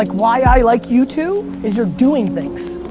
like why i like you two is you're doing things.